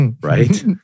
right